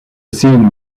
scene